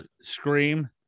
Scream